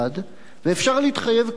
ואפשר להתחייב כבר עכשיו